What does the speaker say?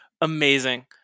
amazing